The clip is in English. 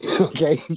okay